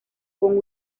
con